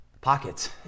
pockets